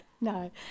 No